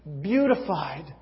beautified